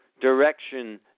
direction